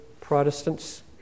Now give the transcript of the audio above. Protestants